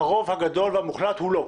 הרוב הגדול והמוחלט הוא לא.